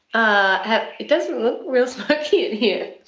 ah it doesn't look real smoky in here.